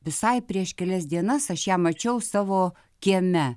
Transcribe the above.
visai prieš kelias dienas aš ją mačiau savo kieme